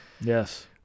Yes